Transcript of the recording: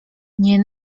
nie